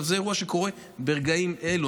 זה אירוע שקורה ברגעים אלו.